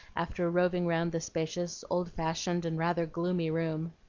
after roving round the spacious, old-fashioned, and rather gloomy room.